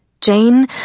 Jane